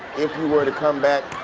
if you were to come back,